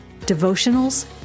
devotionals